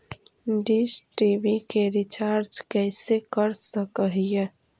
Dish TV के recharge कैसे कर सक हिय?